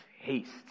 haste